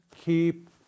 keep